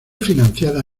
financiada